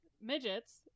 midgets